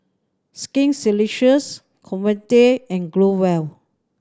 Skin Ceuticals Convatec and Growell